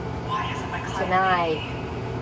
tonight